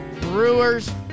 Brewers